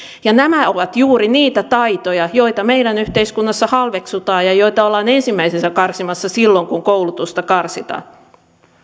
käyttöön nämä ovat juuri niitä taitoja joita meidän yhteiskunnassa halveksutaan ja joita ollaan ensimmäisenä karsimassa silloin kun koulutusta karsitaan